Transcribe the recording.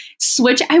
switch